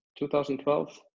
2012